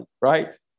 right